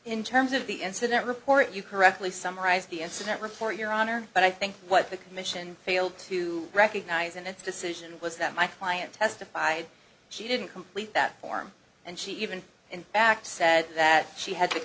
in terms of the incident report you correctly summarized the incident report your honor but i think what the commission failed to recognize in its decision was that my client testified she didn't complete that form and she even in fact said that she had to